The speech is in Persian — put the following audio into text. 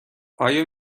آیا